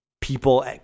people